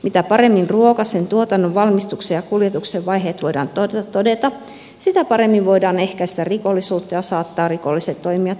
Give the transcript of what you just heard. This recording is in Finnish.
mitä paremmin ruoka sen tuotannon valmistuksen ja kuljetuksen vaiheet voidaan todeta sitä paremmin voidaan ehkäistä rikollisuutta ja saattaa rikolliset toimijat vastuuseen